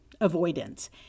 avoidance